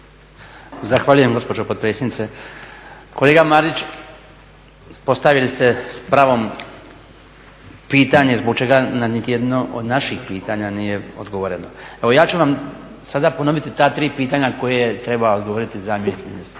Zahvaljujem gospođo potpredsjednice. Kolega Marić, postavili ste s pravom pitanje zbog čega na niti jedno od naših pitanja nije odgovoreno. Evo ja ću vam sada ponoviti ta tri pitanja na koje treba odgovoriti zamjenik ministra.